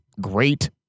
great